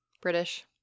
British